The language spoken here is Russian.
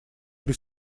при